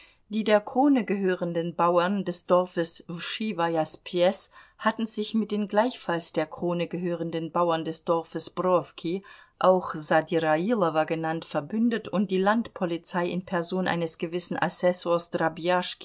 die der krone gehörenden bauern des dorfes wschiwaja spjeß hatten sich mit den gleichfalls der krone gehörenden bauern des dorfes browki auch sadirailowo genannt verbündet und die landpolizei in person eines gewissen assessors